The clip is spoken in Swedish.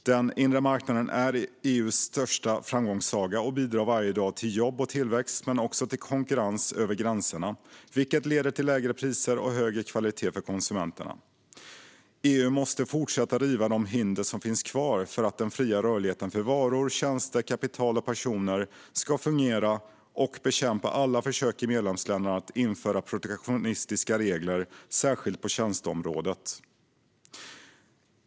Den inre marknaden är EU:s största framgångssaga och bidrar varje dag till jobb och tillväxt men också till konkurrens över gränserna, vilket leder till lägre priser och högre kvalitet för konsumenterna. EU måste fortsätta riva de hinder som finns kvar för att den fria rörligheten för varor, tjänster, kapital och personer ska fungera samt bekämpa alla försök i medlemsländerna att införa protektionistiska regler, särskilt på tjänsteområdet.